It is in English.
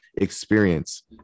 experience